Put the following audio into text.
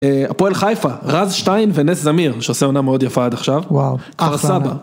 הפועל חיפה, רז שטיין ונס זמיר שעושה עונה מאוד יפה עד עכשיו, וואוו כפר סבא.